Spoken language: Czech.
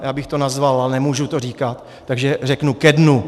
Já bych to nazval, ale nemůžu to říkat, takže řeknu ke dnu.